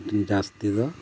ᱡᱟᱹᱥᱛᱤ ᱫᱚ